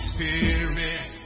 Spirit